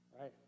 right